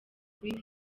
kuri